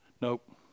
Nope